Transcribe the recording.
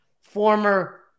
former